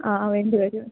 ആ വേണ്ടി വരും